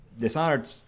Dishonored